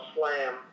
Slam